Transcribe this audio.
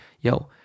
yo